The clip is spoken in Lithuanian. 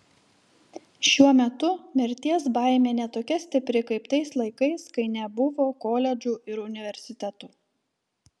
šiuo metu mirties baimė ne tokia stipri kaip tais laikais kai nebuvo koledžų ir universitetų